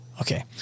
Okay